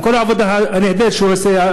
עם כל העבודה הנהדרת שהוא עושה,